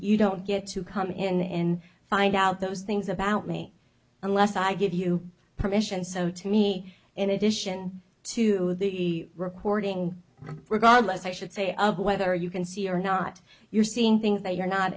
you don't get to come in and find out those things about me unless i give you permission so to me in addition to the recording regardless i should say of whether you can see or not you're seeing things that you're not